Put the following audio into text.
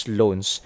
loans